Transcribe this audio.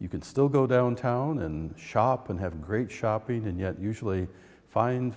you can still go downtown and shop and have great shopping and yet usually find